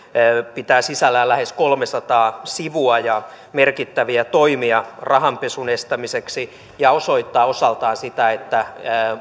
pitää sisällään lähes kolmesataa sivua ja merkittäviä toimia rahanpesun estämiseksi ja osoittaa osaltaan sitä että